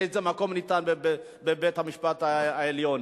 באיזה מקום ניתן בבית-המשפט העליון,